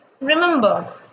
Remember